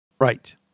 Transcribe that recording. Right